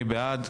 מי בעד?